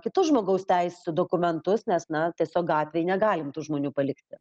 kitus žmogaus teisių dokumentus nes na tiesiog gatvėj negalim tų žmonių palikti